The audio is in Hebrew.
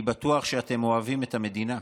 אני בטוח שאתם אוהבים את המדינה,